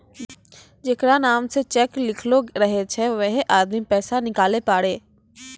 जेकरा नाम से चेक लिखलो रहै छै वैहै आदमी पैसा निकालै पारै